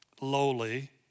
lowly